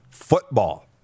football